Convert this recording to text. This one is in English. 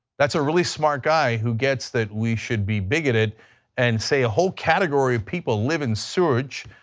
that's a really smart guy who gets that we should be bigoted and say a whole category of people live in sewage.